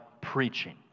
preaching